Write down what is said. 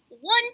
one